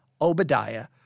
Obadiah